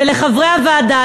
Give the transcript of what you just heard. ולחברי הוועדה,